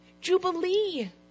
Jubilee